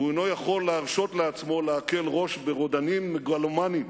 הוא אינו יכול להרשות לעצמו להקל ראש ברודנים מגלומנים